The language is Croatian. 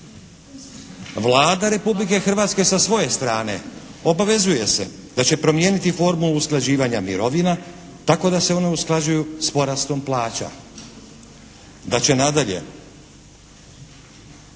Vlada Republike Hrvatske strane obavezuje se da će promijeniti formu usklađivanja mirovina tako da se one usklađuju s porastom plaća, da će nadalje 1.